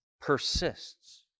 persists